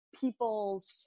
people's